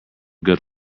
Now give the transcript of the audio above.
good